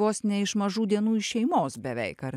vos ne iš mažų dienų iš šeimos beveik ar